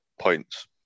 points